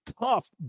tough